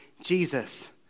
Jesus